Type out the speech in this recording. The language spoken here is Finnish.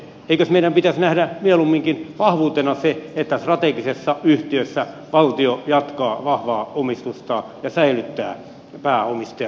eikös meidän pitäisi nähdä mieluumminkin vahvuutena se että strategisessa yhtiössä valtio jatkaa vahvaa omistustaan ja säilyttää pääomistajan roolin